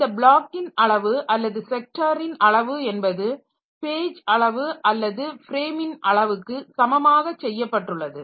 இந்த பிளாக்கின் அளவு அல்லது ஸெக்டாரின் அளவு என்பது பேஜ் அளவு அல்லது ஃப்ரேமின் அளவுக்கு சமமாக செய்யப்பட்டுள்ளது